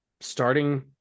starting